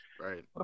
Right